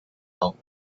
help